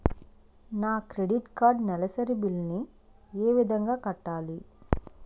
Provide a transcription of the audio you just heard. నా credit card నెలసరి bill ని ఏ విధంగా కట్టాలి?